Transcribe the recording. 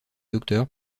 docteur